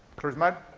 clear as mud?